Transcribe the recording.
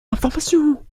informations